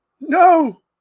No